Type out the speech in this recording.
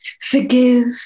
Forgive